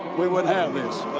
we wouldn't have this.